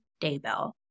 Daybell